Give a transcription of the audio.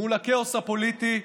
מול הכאוס הפוליטי,